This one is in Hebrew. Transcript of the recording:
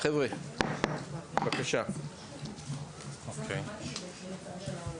מה לגבי --- של ההורים?